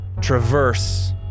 traverse